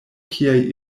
kiaj